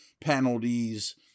penalties